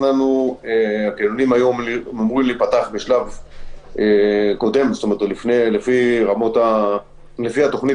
הקניונים היו אמורים להיפתח לפי התכנית